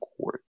court